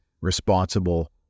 responsible